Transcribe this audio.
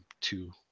two